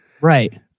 Right